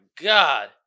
God